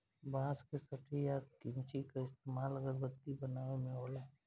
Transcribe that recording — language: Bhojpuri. बांस के सठी आ किमची के इस्तमाल अगरबत्ती बनावे मे होला